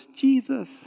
Jesus